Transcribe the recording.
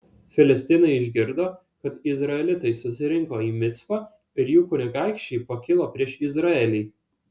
filistinai išgirdo kad izraelitai susirinko į micpą ir jų kunigaikščiai pakilo prieš izraelį